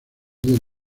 del